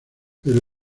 pero